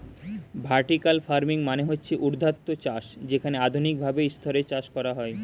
vertical farming মানে হচ্ছে ঊর্ধ্বাধ চাষ যেখানে আধুনিক ভাবে স্তরে চাষ করা হয়